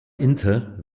inter